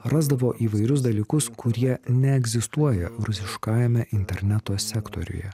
rasdavo įvairius dalykus kurie neegzistuoja rusiškajame interneto sektoriuje